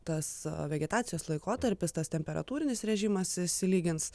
tas vegetacijos laikotarpis tas temperatūrinis režimas išsilygins